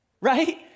right